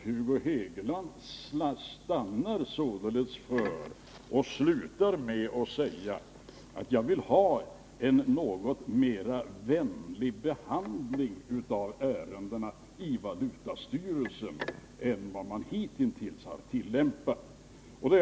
Hugo Hegeland slutar med att säga: Jag vill ha en något mer vänlig behandling av ärendena i valutastyrelsen än vad man hittills tillämpat.